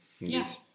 Yes